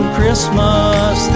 Christmas